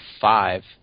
five